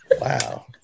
Wow